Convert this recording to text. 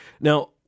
Now